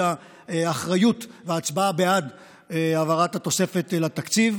האחריות בהצבעה בעד העברת התוספת לתקציב.